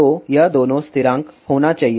तो यह दोनों स्थिरांक होना चाहिए